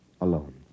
Alone